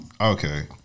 okay